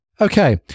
Okay